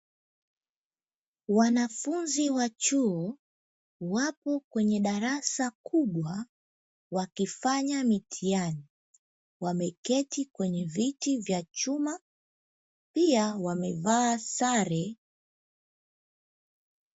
Wanafunzi wa chuo wapo kwenye darasa kubwa wakifanya mitihani, wameketi kwenye viti vya chuma pia wamevaa sare.